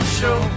show